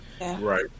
right